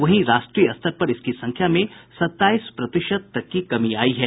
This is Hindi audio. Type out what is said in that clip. वहीं राष्ट्रीय स्तर पर इसकी संख्या में सत्ताईस प्रतिशत तक की कमी आयी है